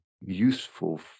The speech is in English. useful